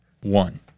One